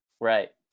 Right